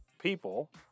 people